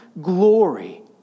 glory